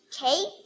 Kate